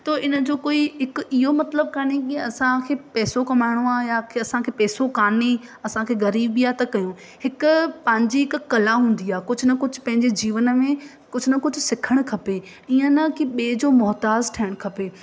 थो इन जो कोई हिकु इहो मतिलनु कोन्हे की असांखे पैसो कमाइणो आहे या की असांखे पैसो कोन्हे असांखे ग़रीबी आहे त कयूं हिकु पंहिंजी हिकु कला हूंदी आहे कुझु न कुझु पंहिंजे जीवन में कुझु न कुझु सिखणु खपे ईअं न की ॿिए जो मोहताज़ थियणु खपे